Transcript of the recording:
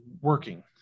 working